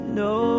no